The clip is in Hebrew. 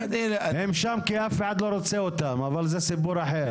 הם שם כי אף אחד לא רוצה אותם, אבל זה סיפור אחר.